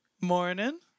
Morning